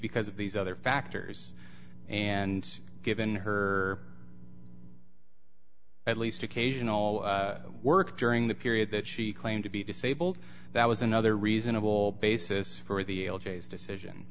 because of these other factors and given her at least occasional work during the period that she claimed to be disabled that was another reasonable basis for the l g s decision